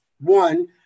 one